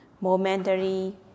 momentary